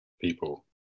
people